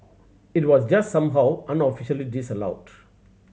it was just somehow unofficially disallowed